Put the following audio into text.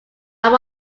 one